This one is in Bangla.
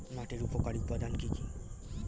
মাটির উপকারী উপাদান কি কি?